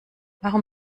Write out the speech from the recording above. warum